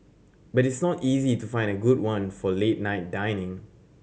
but it's not easy to find a good one for late night dining